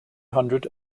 hundred